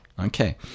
Okay